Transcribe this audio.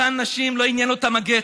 אותן נשים, לא עניין אותן הגט.